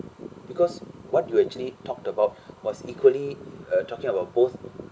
because what you actually talked about was equally uh talking about both